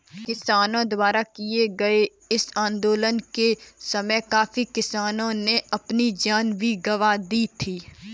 किसानों द्वारा किए गए इस आंदोलन के समय काफी किसानों ने अपनी जान भी गंवा दी थी